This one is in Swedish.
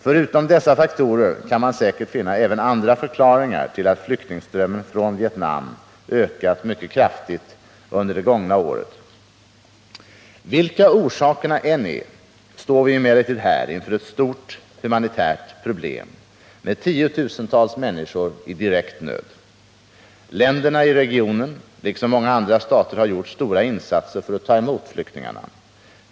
Förutom dessa faktorer kan man säkert finna även andra förklaringar till att flyktingströmmen från Vietnam ökat mycket kraftigt under det gångna året. Vilka orsakerna än är, står vi emellertid här inför ett stort humanitärt problem med tiotusentals människor i direkt nöd. Länderna i regionen, liksom många andra stater, har gjort stora insatser för att ta emot flyktingarna.